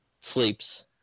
sleeps